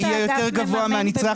יהיה יותר גבוה מהנצרך,